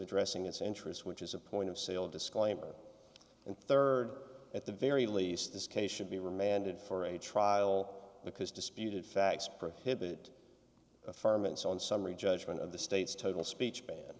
addressing its interest which is a point of sale disclaimer and third at the very least this case should be remanded for a trial because disputed facts prohibit affirm and so on summary judgment of the state's total speech ban